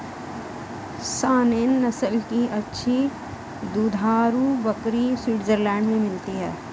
Saanen नस्ल की अच्छी दुधारू बकरी स्विट्जरलैंड में मिलती है